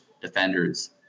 defenders